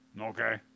Okay